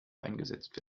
eingesetzt